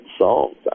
songs